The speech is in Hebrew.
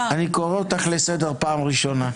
אני קורא אותך לסדר פעם ראשונה.